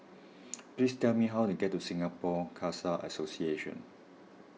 please tell me how to get to Singapore Khalsa Association